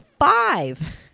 five